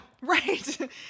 right